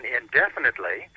indefinitely